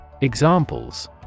Examples